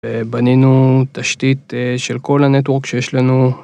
ובנינו תשתית של כל הנטוורק שיש לנו.